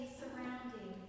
surrounding